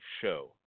Show